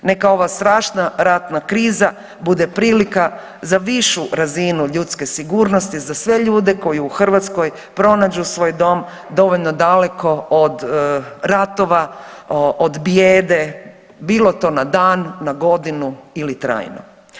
Neka ova strašna ratna kriza bude prilika za višu razinu ljudske sigurnosti za sve ljude koji u Hrvatskoj pronađu svoj dom dovoljno daleko od ratova, od bijede bilo to na dan, na godinu ili trajno.